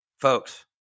Folks